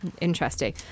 interesting